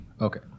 Okay